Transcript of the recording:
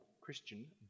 Christian